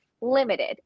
limited